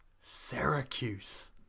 Syracuse